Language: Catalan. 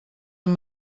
amb